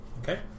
okay